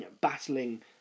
battling